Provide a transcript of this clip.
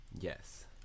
yes